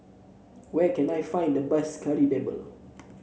where can I find the best Kari Debal